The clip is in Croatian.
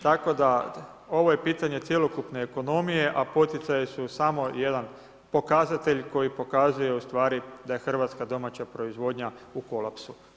Tako da ovo je pitanje cjelokupne ekonomije a poticaji samo jedan pokazatelj koji pokazuje ustvari da je hrvatska domaća proizvodnja u kolapsu.